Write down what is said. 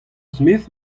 smith